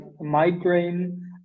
migraine